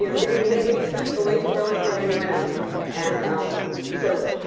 you know days and weeks away from from anyone else and so,